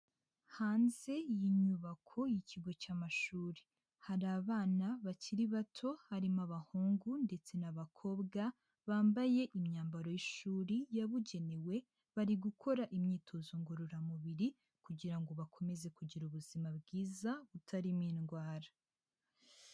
Hanze y'inyubako y'ikigo cy'amashuri, hari abana bakiri bato harimo abahungu ndetse n'abakobwa, bambaye imyambaro y'ishuri yabugenewe, bari gukora imyitozo ngororamubiri kugira ngo bakomeze kugira ubuzima bwiza butarimo indwara.